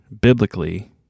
biblically